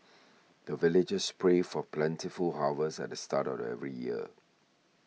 the villagers pray for plentiful harvest at the start of every year